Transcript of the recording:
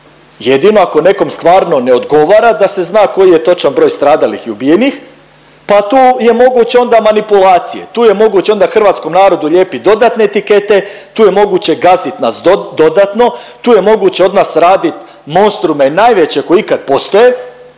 Jedino ako nekom stvarno ne odgovara da se zna koji je točan broj stradalih i ubijenih pa tu je moguća onda manipulacije, tu je moguć onda hrvatskom narodu ljepi dodatne etikete, tu je moguće gazit nas dodatno, tu je moguće od nas radit monstrume najveće koji ikad postoje.